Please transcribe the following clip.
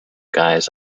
guys